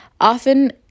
often